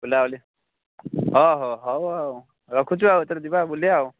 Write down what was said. ବୁଲାବୁଲି ହଉ ଆଉ ରଖୁଛୁ ଆଉ ଏଥର ଯିବା ବୁଲିବା ଆଉ